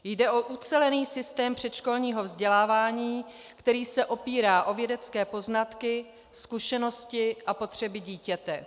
Jde o ucelený systém předškolního vzdělávání, který se opírá o vědecké poznatky, zkušenosti a potřeby dítěte.